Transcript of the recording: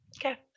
Okay